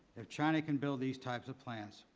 if china can build these type of plants,